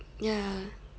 ya